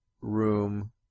room